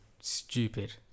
stupid